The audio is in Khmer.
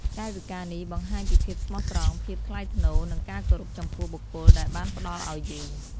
កាយវិការនេះបង្ហាញពីភាពស្មោះត្រង់ ភាពថ្លៃថ្នូរ និងការគោរពចំពោះ បុគ្គលដែលបានផ្តល់ឲ្យយើង។